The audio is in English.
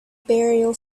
burial